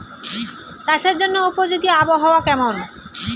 চাষের জন্য উপযোগী আবহাওয়া কেমন?